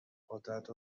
قدرت